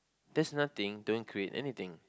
there's nothing don't create anyting